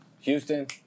Houston